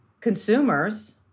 Consumers